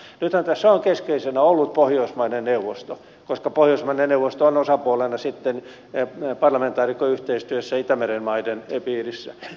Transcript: nythän tässä on keskeisenä ollut pohjoismaiden neuvosto koska pohjoismaiden neuvosto on osapuolena sitten parlamentaarikkoyhteistyössä itämeren maiden piirissä